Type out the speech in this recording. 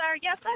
Yes